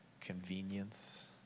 convenience